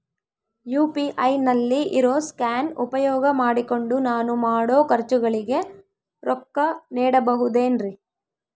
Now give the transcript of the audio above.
UPI ನಲ್ಲಿ ಇರೋ scan ಉಪಯೋಗ ಮಾಡಿಕೊಂಡು ನಾನು ಮಾಡೋ ಖರ್ಚುಗಳಿಗೆ ರೊಕ್ಕ ನೇಡಬಹುದೇನ್ರಿ?